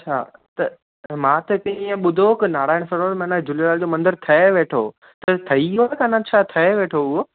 अच्छा त मां त हिते ईअं ॿुधो की नारायण सरोवर माना झूलेलाल जो मंदरु ठहे वेठो त ठही वियो कोन छा ठहे वेठो उहो